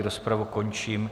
Rozpravu končím.